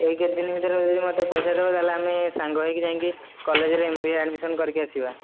ଏଇ କେତେ ଦିନ ଭିତରେ ପଇସା ଦେବ ହେଲେ ତା'ହେଲେ ଆମେ ସାଙ୍ଗ ହୋଇକି ଯାଇକି କଲେଜ୍ରେ ଏମ୍ ବି ଏ ଆଡ଼୍ମିସନ୍ କରିକି ଆସିବା